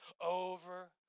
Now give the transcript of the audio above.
over